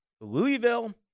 Louisville